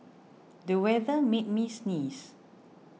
the weather made me sneeze